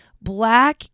Black